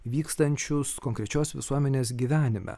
vykstančius konkrečios visuomenės gyvenime